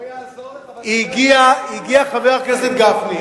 הגיע חבר הכנסת גפני,